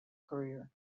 career